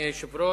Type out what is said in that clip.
אדוני היושב-ראש,